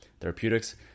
therapeutics